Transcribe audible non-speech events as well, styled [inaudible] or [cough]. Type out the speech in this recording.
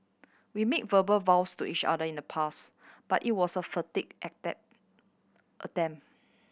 we made verbal vows to each other in the past but it was a futile [unintelligible] attempt